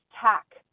tack